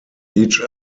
each